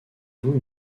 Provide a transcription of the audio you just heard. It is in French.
voue